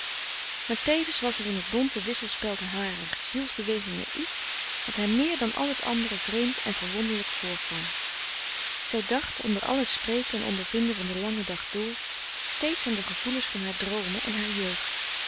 maar tevens was er in het bonte wisselspel harer zielsbewegingen iets wat haar meer dan al t andere vreemd en verwonderlijk voorkwam zij dacht onder al het spreken en ondervinden van den langen dag dr steeds aan de gevoelens van haar droomen en haar jeugd